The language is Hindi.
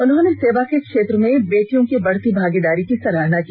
उन्होंने सेवा के क्षेत्र में बेटियों की बढ़ती भागीदारी की सराहना की